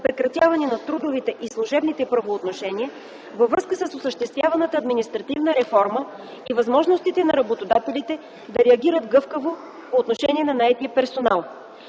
прекратяване на трудовите и служебните правоотношения във връзка с осъществяваната административна реформа и възможностите на работодателите да реагират гъвкаво по отношение на наетия персонал.